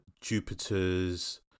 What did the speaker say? Jupiter's